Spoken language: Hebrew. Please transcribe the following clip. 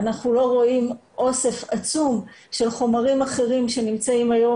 אנחנו לא רואים אוסף עצום של חומרים אחרים שנמצאים היום